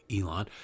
Elon